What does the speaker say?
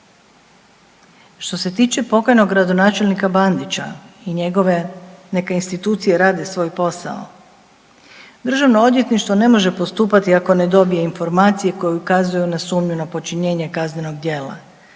Što se tiče pokojnog gradonačelnika Bandića i njegove, neka institucije rade svoj posao, državno odvjetništvo ne može postupati ako ne dobije informacije koje ukazuju na sumnju na počinjenje kaznenog djela.